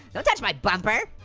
don't touch my bumper.